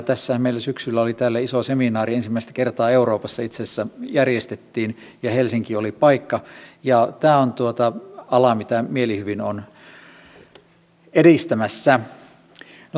tässähän meillä syksyllä oli täällä iso seminaari ensimmäistä kertaa euroopassa itse asiassa järjestettiin helsinki oli paikka ja tämä on ala mitä mielihyvin olen edistämässä